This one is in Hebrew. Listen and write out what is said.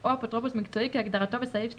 או אפוטרופוס מקצועי כהגדרתו בסעיף 34(ב)